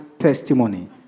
testimony